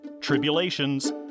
tribulations